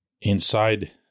inside